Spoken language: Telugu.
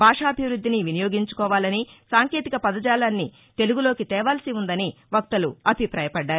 భాషాభివృద్దిని వినియోగించుకోవాలని సాంకేతిక పదజాలాన్ని తెలుగులోకి తేవాల్సి ఉందని వక్తలు అభిపాయపడ్డారు